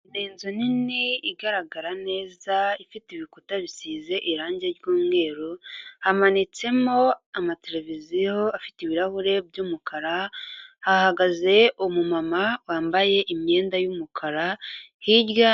Inzu nini igaragara neza ifite ibikuta bisize irange ry'umweru, hamanitsemo amateleviziyo afite ibirahuri by'umukara, hahagaze umumama wambaye imyenda y'umukara hirya.